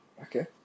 okay